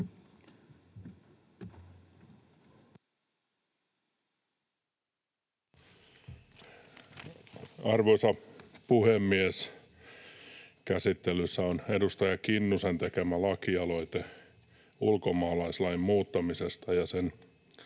Arvoisa puhemies! Käsittelyssä on edustaja Kinnusen tekemä lakialoite ulkomaalaislain muuttamisesta, ja sen